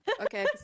Okay